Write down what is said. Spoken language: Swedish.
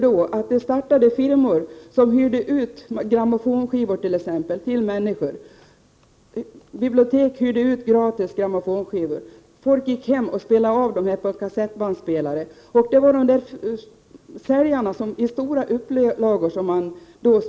Då startade firmor som hyrde ut t.ex. grammofonskivor till människor, och biblioteken lånade gratis ut grammofonskivor. Folk gick sedan hem och spelade av dessa skivor på kassettband.